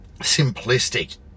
simplistic